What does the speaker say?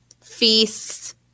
feasts